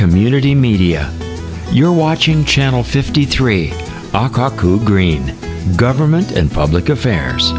community media you're watching channel fifty three are kaku green government and public affairs